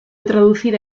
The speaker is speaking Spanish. traducida